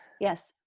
Yes